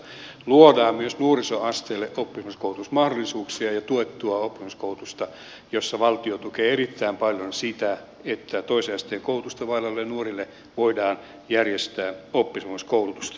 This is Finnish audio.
luodaan myös nuorisoasteelle oppisopimusmahdollisuuksia ja tuettua oppisopimuskoulutusta jossa valtio tukee erittäin paljon sitä että toisen asteen koulutusta vailla oleville nuorille voidaan järjestää oppisopimuskoulutusta